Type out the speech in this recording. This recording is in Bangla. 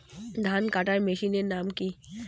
ধান কাটার মেশিনের নাম কি?